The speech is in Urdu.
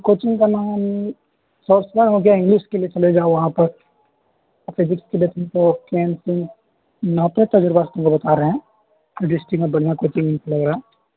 کوچنگ کا نام سافٹ ور ہو گیا انگلش کے لیے چلے جاؤ وہاں پر فزکس کے لیے ان کو نوتے تجربہ ہم کو بتا رہے ہیں ڈسٹک میں بڑھیا کوچنگ وغیرہ